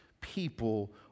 people